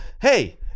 Hey